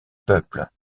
peuple